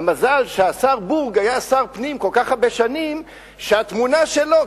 מזל שהשר בורג היה שר הפנים כל כך הרבה שנים שהתמונה שלו,